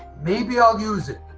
maybe i'll use it,